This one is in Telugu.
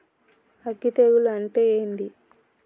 అగ్గి తెగులు అంటే ఏంది?